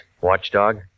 Watchdog